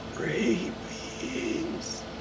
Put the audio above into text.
rabies